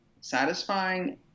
satisfying